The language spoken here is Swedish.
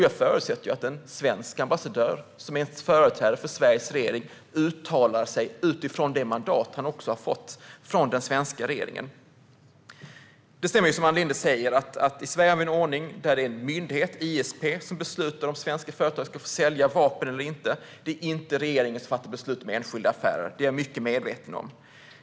Jag förutsätter att en svensk ambassadör, som är en företrädare för Sveriges regering, uttalar sig utifrån det mandat han har fått från den svenska regeringen. Det stämmer som Ann Linde säger att vi i Sverige har en ordning där det är en myndighet, ISP, som beslutar om svenska företag ska få sälja vapen eller inte. Det är inte regeringen som fattar beslut om enskilda affärer. Det är jag mycket väl medveten om.